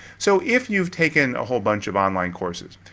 so if you've taken a whole bunch of online courses,